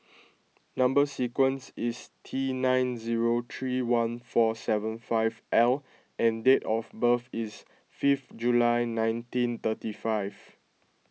Number Sequence is T nine zero three one four seven five L and date of birth is fifth July nineteen thirty five